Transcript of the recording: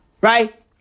Right